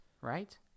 right